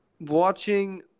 watching